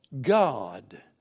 God